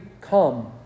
come